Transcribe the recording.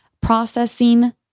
processing